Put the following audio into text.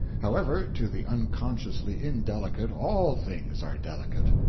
however, to the unconsciously indelicate all things are delicate.